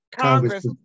Congress